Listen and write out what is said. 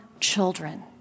children